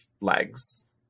legs